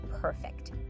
perfect